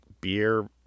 beer